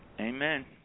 Amen